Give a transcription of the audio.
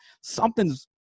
something's